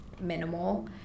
minimal